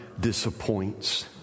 disappoints